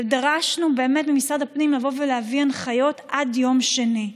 ודרשנו ממשרד הפנים לבוא ולהביא הנחיות עד יום שני.